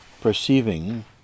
perceiving